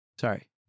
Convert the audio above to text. Sorry